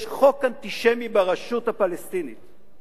יש חוק אנטישמי ברשות הפלסטינית,